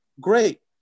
great